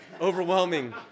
overwhelming